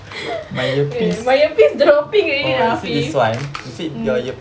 wait wait my earpiece dropping already lah afiq mm